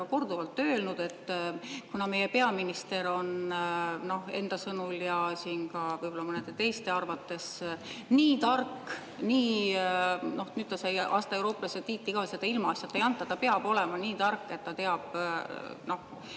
korduvalt öelnud, et kuna meie peaminister on enda sõnul ja siin ka võib-olla mõnede teiste arvates nii tark – nüüd ta sai aasta eurooplase tiitli ka, seda ilmaasjata ei anta, ta peab olema nii tark –, et ta teab